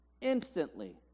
instantly